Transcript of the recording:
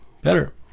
better